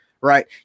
right